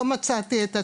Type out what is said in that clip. לא מצאתי את עצמי,